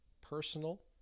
personal